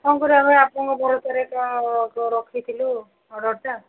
ଆପଣଙ୍କ ଭରସାରେ ରଖିଥିଲୁ ଅର୍ଡରଟା